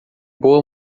boa